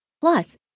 Plus